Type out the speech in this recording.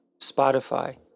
Spotify